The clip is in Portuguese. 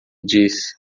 disse